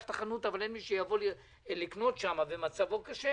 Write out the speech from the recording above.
את החנות אבל אין מי שיבוא לקנות שם ומצבו קשה.